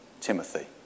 Timothy